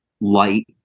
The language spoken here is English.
light